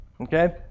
Okay